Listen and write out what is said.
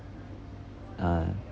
uh